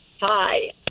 Hi